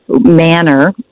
manner